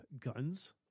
guns